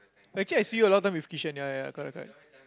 but actually I see you a lot of time with kishan ya ya ya correct correct